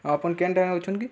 ଆଉ ଆପଣ କେନ୍ଟା ରହୁଛନ୍ କି